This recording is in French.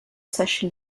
sache